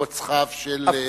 מרוצחיו של חי.